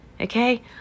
Okay